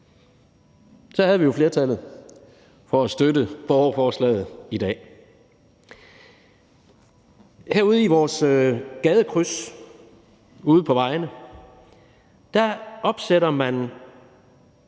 så havde vi jo flertallet for at støtte borgerforslaget i dag. Herude på vejene i vores gadekryds opsætter man